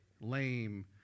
lame